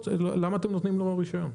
למה אתם נותנים לו רישיון?